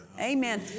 Amen